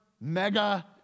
mega